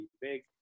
big